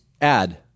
add